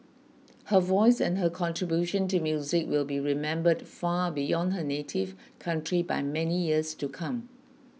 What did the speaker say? her voice and her contribution to music will be remembered far beyond her native country by many years to come